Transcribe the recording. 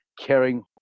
caring